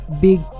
big